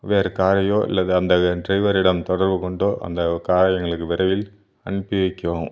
வேற காரையோ இல்லது அந்த ட்ரைவரிடம் தொடர்புக்கு கொண்டோ அந்த காரை எங்களுக்கு விரைவில் அனுப்பி வைக்கவும்